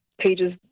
pages